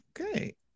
Okay